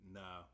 no